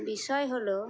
বিষয় হলো